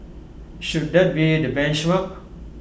should that be the benchmark